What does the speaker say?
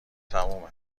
تمومه